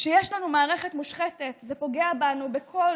כשיש לנו מערכת מושחתת זה פוגע בנו בכל